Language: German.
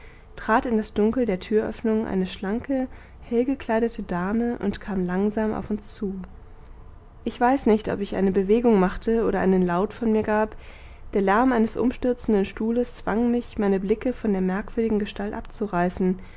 trat in das dunkel der türöffnung eine schlanke hellgekleidete dame und kam langsam auf uns zu ich weiß nicht ob ich eine bewegung machte oder einen laut von mir gab der lärm eines umstürzenden stuhles zwang mich meine blicke von der merkwürdigen gestalt abzureißen